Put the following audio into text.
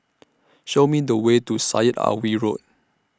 Show Me The Way to Syed Alwi Road